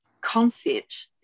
concept